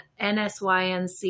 NSYNC